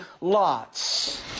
lots